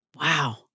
Wow